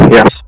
Yes